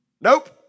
Nope